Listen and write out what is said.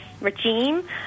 regime